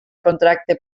contracte